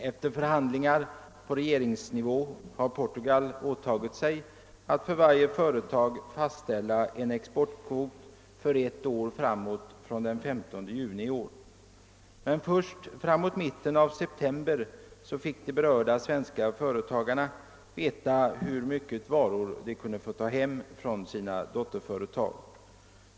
Efter förhandlingar på regeringsnivå har Portugal åtagit sig att för varje företag fastställa en exportkvot för ett år framåt från den 15 juni i år. Men först framåt mitten av september fick de berörda svenska företagen veta hur mycket varor de kunde få ta hem från sina portugisiska dotterföretag.